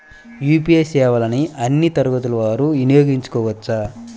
UPI సేవలని అన్నీ తరగతుల వారు వినయోగించుకోవచ్చా?